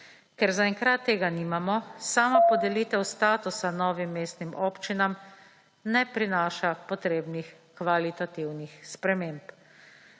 Ker zaenkrat tega nimamo, sama podelitev statusa novim mestnim občinam ne prinaša potrebnih kvalitativnih sprememb.